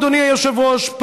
אדוני היושב-ראש,